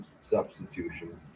substitution